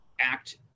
act